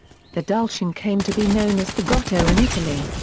the dulcian came to be known as fagotto in italy.